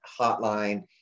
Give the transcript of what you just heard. hotline